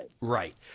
Right